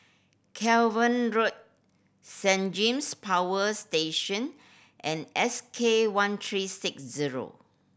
Cavenagh Road Saint James Power Station and S K one three six zero